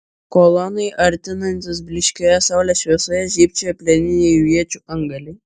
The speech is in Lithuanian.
kolonai artinantis blyškioje saulės šviesoje žybčiojo plieniniai jų iečių antgaliai